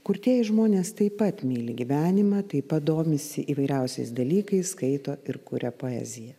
kurtieji žmonės taip pat myli gyvenimą taip pat domisi įvairiausiais dalykais skaito ir kuria poeziją